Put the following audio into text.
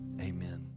Amen